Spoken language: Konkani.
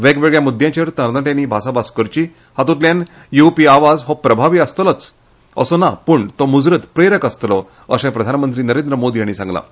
वेगवेगळ्या मुद्द्यांचेर तरणाट्यांनी भासाभास करची हातूंतल्यान येवपी आवाज हो प्रभावी आसतलोच असो ना पूण तो मूजरत प्रेरक आसतलो अशें प्रधानमंत्री मोदी हांणी सांगलें